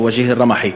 וג'יה אלרמחי,